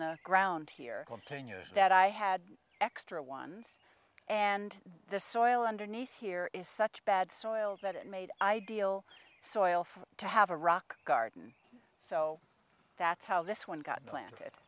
the ground here ten years that i had extra ones and the soil underneath here is such bad soils that it made ideal soil to have a rock garden so that's how this one got planted